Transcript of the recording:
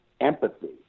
empathy